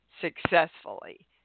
successfully